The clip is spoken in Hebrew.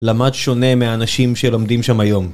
למד שונה מהאנשים שלומדים שם היום.